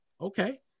okay